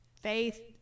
faith